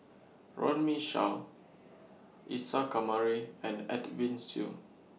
Runme Shaw Isa Kamari and Edwin Siew